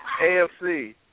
AFC